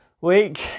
week